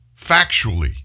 Factually